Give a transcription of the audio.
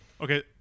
Okay